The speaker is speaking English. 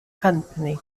company